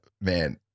man